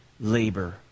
labor